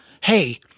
hey